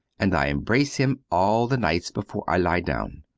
and i embrace him all the nights, before i lie down.